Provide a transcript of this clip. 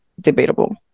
Debatable